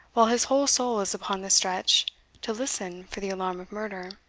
while his whole soul is upon the stretch to listen for the alarm of murder,